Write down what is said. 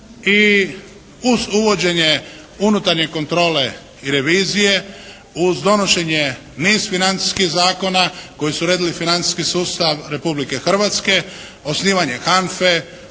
uz uvođenje unutarnje kontrole i revizije, uz donošenje niz financijskih zakona koji su uredili financijski sustav Republike Hrvatske, osnivanje HANFA-e,